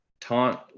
taunt